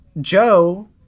Joe